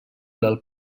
del